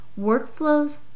Workflows